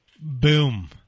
Boom